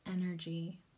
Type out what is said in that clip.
energy